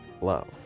love